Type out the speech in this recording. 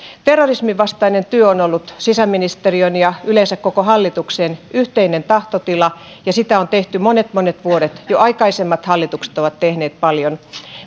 terrorismin vastainen työ on ollut sisäministeriön ja yleensä koko hallituksen yhteinen tahtotila ja sitä on tehty monet monet vuodet jo aikaisemmat hallitukset ovat tehneet paljon